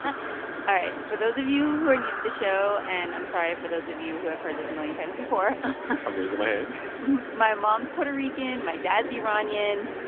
um all right. for those of you who are new to the show and i'm sorry for those of you who have heard this a million times before i'm raising my hand my mom's puerto rican. my dad's iranian.